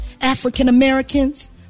African-Americans